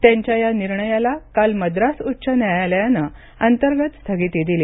त्यांच्या या निर्णयाला काल मद्रास उच्च न्यायालयानं अंतर्गत स्थगिती दिली